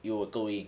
you will go in